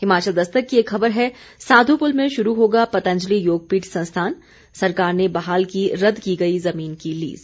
हिमाचल दस्तक की एक खबर है साधुपुल में शुरू होगा पतंजलि योगपीठ संस्थान सरकार ने बहाल की रद की गई जमीन की लीज